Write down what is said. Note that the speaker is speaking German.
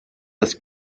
das